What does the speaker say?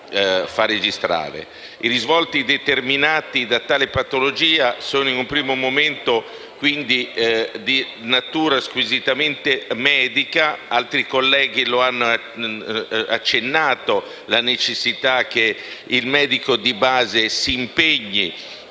I risvolti determinati da tale patologia solo in un primo momento sono di natura squisitamente medica. Altri colleghi hanno accennato alla necessità che il medico di base si impegni